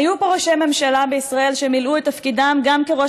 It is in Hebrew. היו פה ראשי ממשלה בישראל שמילאו את תפקידם גם כראש